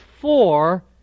four